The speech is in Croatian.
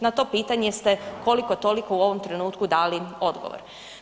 Na to pitanje ste koliko-toliko u ovom trenutku dali odgovor.